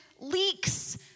leaks